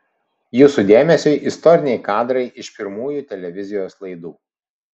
jūsų dėmesiui istoriniai kadrai iš pirmųjų televizijos laidų